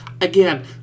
again